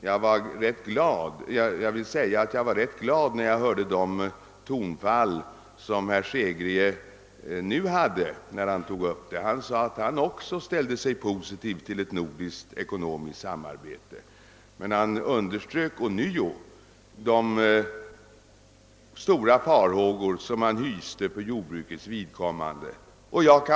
Han sade att också han ställde sig positiv till ett nordiskt ekonomiskt samarbete, men han underströk ånyo de stora farhågor som han hyste för jordbrukets vidkommande. Därvidlag kan jag förstå honom. Vad jag däremot har svårt att förstå är att centerpartiet, som med hänsyn till sin starka jordbruksförankring har alldeles speciella intressen att bevaka, var det enda demo, kratiska parti som inte deltog i de överläggningar som hölls under lördagen och söndagen.